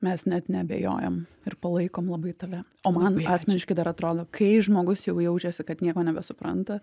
mes net neabejojam ir palaikom labai tave o man asmeniškai dar atrodo kai žmogus jau jaučiasi kad nieko nebesupranta